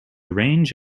range